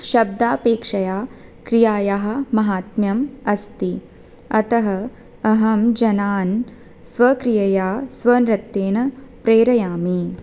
शब्दापेक्षया क्रियायाः माहात्म्यम् अस्ति अतः अहं जनान् स्वक्रियया स्वनृत्येन प्रेरयामि